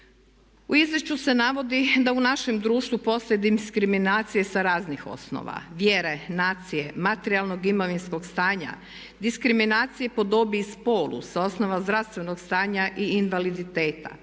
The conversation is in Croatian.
U izvješću se navodi da u našem društvu postoje diskriminacije sa raznih osnova, vjere, nacije, materijalnog imovinskog stanja, diskriminacije po dobi i spolu sa osnova zdravstvenog stanja i invaliditeta.